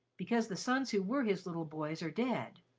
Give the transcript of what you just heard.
because the sons who were his little boys are dead.